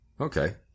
okay